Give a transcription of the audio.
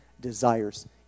desires